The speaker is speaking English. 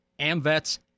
AMVETS